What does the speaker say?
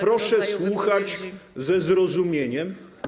Proszę słuchać ze zrozumieniem.